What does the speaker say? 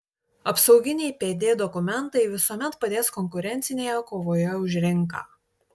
apsauginiai pd dokumentai visuomet padės konkurencinėje kovoje už rinką